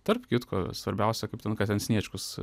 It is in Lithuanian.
tarp kitko svarbiausia kaip ten ka ten sniečkus